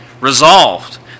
Resolved